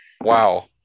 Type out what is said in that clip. wow